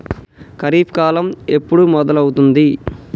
ఖరీఫ్ కాలం ఎప్పుడు మొదలవుతుంది?